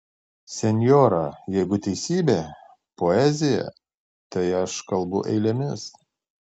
senjora jeigu teisybė poezija tai aš kalbu eilėmis